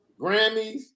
Grammys